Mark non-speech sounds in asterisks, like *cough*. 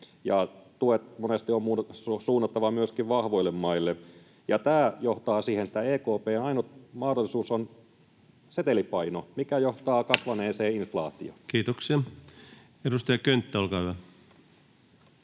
tuet monesti on suunnattava myöskin vahvoille maille. Tämä johtaa siihen, että EKP:n ainut mahdollisuus on setelipaino, mikä johtaa *noise* kasvaneeseen inflaatioon. Kiitoksia. — Edustaja Könttä, olkaa hyvä.